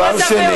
מה זה הרבה יותר?